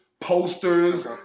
Posters